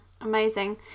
amazing